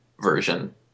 version